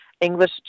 English